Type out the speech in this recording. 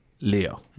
Leo